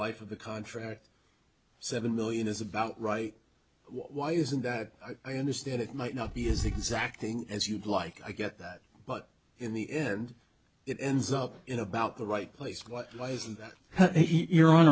life of the contract seven million is about right why isn't that i understand it might not be as exacting as you'd like to get that but in the end it ends up in about the right place